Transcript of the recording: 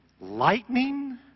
lightning